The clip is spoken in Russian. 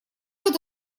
вот